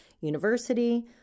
University